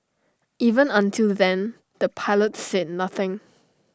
even until then the pilots said nothing